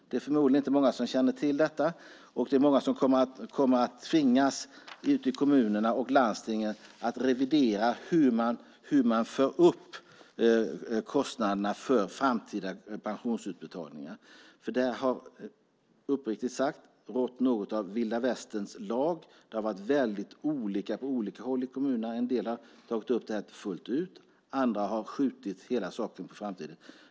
Det är förmodligen inte många som känner till detta, och det är många ute i kommunerna och landstingen som kommer att tvingas revidera hur man för upp kostnaderna för framtida pensionsutbetalningar. Där har nämligen, uppriktigt sagt, rått något av vilda västerns lag. Det har varit väldigt olika på olika håll i kommunerna. En del har tagit upp det här fullt ut. Andra har skjutit hela saken på framtiden.